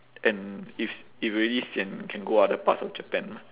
and if s~ if really sian can go other parts of japan lah